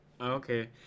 Okay